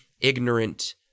ignorant